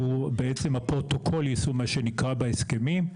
שהוא בעצם פרוטוקול היישום של ההסכמים.